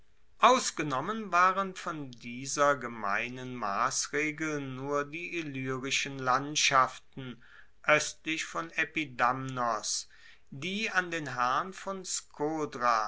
ausgenommen waren von dieser gemeinen massregel nur die illyrischen landschaften oestlich von epidamnos die an den herrn von skodra